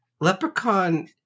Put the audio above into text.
Leprechaun